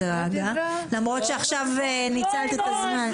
למרות שעכשיו ניצלת את הזמן.